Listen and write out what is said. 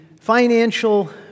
financial